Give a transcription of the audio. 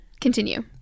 Continue